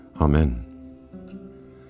Amen